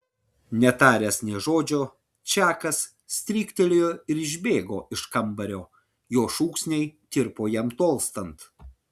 netaręs nė žodžio čakas stryktelėjo ir išbėgo iš kambario jo šūksniai tirpo jam tolstant